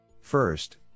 First